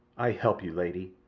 ay help you, lady.